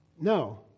No